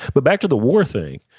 but back to the war thing,